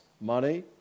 money